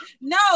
No